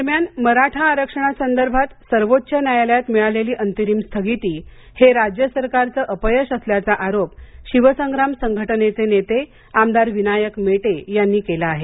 दरम्यान मराठा आरक्षणासंदर्भात सर्वोच्च न्यायालयात मिळालेली अंतरिम स्थगिती हे राज्यसरकारचं अपयश असल्याचा आरोप शिवसंग्राम संघटनेचे नेते आमदार विनायक मेटे यांनी केला आहे